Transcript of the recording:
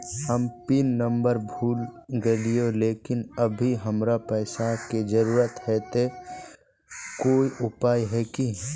हम PIN number भूल गेलिये लेकिन अभी हमरा पैसा के जरुरत है ते कोई उपाय है की?